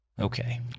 Okay